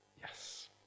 Yes